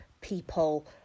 people